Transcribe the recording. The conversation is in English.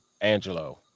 Angelo